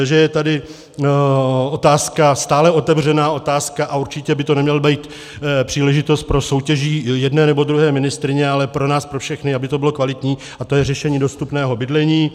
Že je tady stále otevřená otázka a určitě by to neměla být příležitost pro soutěž jedné nebo druhé ministryně, ale pro nás pro všechny, aby to bylo kvalitní a to je řešení dostupného bydlení.